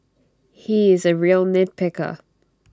he is A real nitpicker